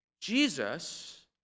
Jesus